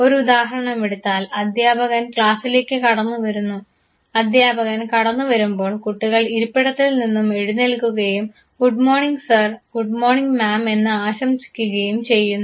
ഒരുദാഹരണം എടുത്താൽ അധ്യാപകൻ ക്ലാസിലേക്ക് കടന്നു വരുന്നു അധ്യാപകൻ കടന്നുവരുമ്പോൾ കുട്ടികൾ ഇരിപ്പിടത്തിൽ നിന്നും എഴുന്നേൽക്കുകയും good morning sir good morning ma'am good morning maam എന്ന് ആശംസിക്കുകയും ചെയ്യുന്നു